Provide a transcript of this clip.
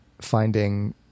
finding